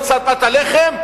לצד פת הלחם,